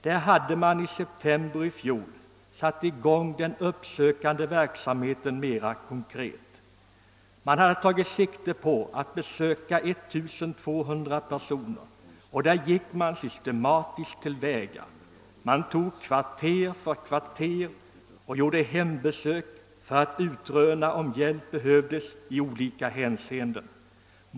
Där hade man i september i fjol satt i gång den uppsökande verksamheten mera konkret, och man hade tagit sikte på att besöka 1200 personer. Där gick man systematiskt till väga. Man tog kvarter för kvarter och gjorde hembesök för att utröna, om hjälp behövdes i olika hänseenden.